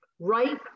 right